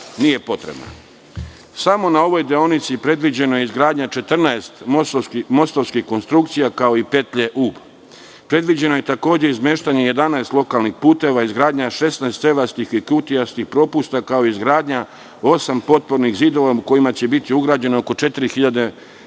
na ovoj deonici predviđena je izgradnja 14 mostovskih konstrukcija, kao i petlje Ub. Takođe je predviđeno izmeštanje 11 lokalnih puteva, izgradnja 16 cevastih i kutijastih propusta, kao i izgradnja osam potpornih zidova kojima će biti ugrađeno oko 4000 metara